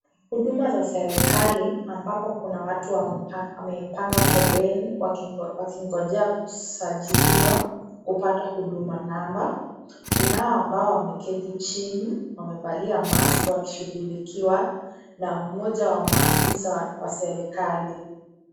Huduma za serikali ambapo kuna watu wamepanga foleni wakingojea kusajiliwa kupata huduma namba. Kunao ambao wameketi chini wamevalia maski wakishughulikia a mmoja wa maafisa wa serikali.